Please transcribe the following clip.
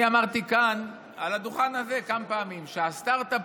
אני אמרתי כאן על הדוכן הזה כמה פעמים שהסטרטאפ